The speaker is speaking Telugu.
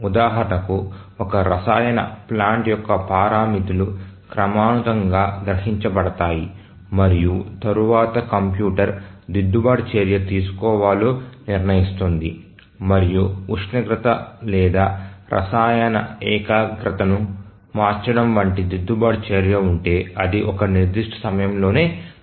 ఉదాహరణకు ఒక రసాయన ప్లాంట్ యొక్క పారామితులు క్రమానుగతంగా గ్రహించబడతాయి మరియు తరువాత కంప్యూటర్ దిద్దుబాటు చర్య తీసుకోవాలో నిర్ణయిస్తుంది మరియు ఉష్ణోగ్రత లేదా రసాయన ఏకాగ్రతను మార్చడం వంటి దిద్దుబాటు చర్య ఉంటే అది ఒక నిర్దిష్ట సమయంలోనే చేస్తుంది